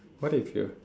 what if you